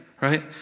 right